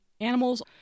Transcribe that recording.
animals